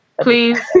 please